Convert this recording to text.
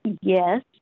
Yes